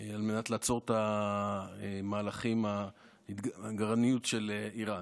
מנת לעצור את המהלכים להתגרענות של איראן.